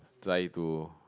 try to